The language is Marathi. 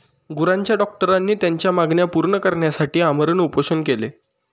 गुरांच्या डॉक्टरांनी त्यांच्या मागण्या पूर्ण करण्यासाठी आमरण उपोषण केले